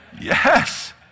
Yes